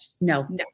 no